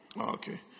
Okay